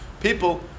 people